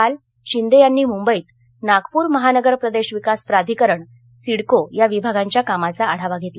काल शिंदे यांनी मुंबईत नागपूर महानगर प्रदेश विकास प्राधिकरण सिडको या विभागांच्या कामाचा आढावा घेतला